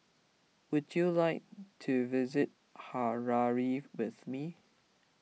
would you like to visit Harare with me